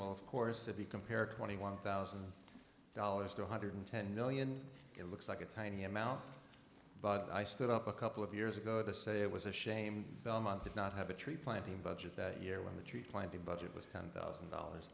well of course if you compare twenty one thousand dollars to one hundred ten million it looks like a tiny amount but i stood up a couple of years ago to say it was a shame belmont did not have a tree planting budget that year when the treat planting budget was ten thousand dollars